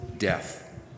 death